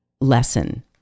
lesson